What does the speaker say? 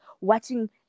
watching